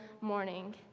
morning